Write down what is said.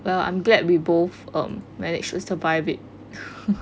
well I'm glad we both um manage to survive it